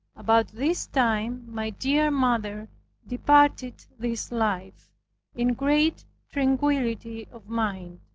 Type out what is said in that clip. about this time my dear mother departed this life in great tranquility of mind.